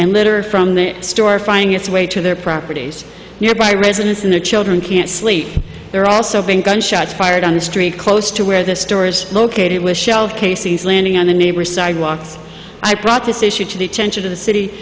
and litter from the store finding its way to their properties nearby residents and their children can't sleep there also being gunshots fired on the street close to where the stores located it was shelved casey's landing on a neighbor's sidewalks i brought this issue to the attention of the city